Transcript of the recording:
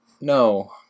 no